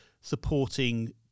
supporting